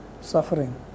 suffering